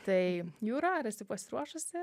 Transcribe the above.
tai jūra ar esi pasiruošusi